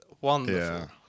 wonderful